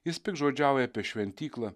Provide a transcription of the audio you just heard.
jis piktžodžiauja apie šventyklą